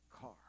car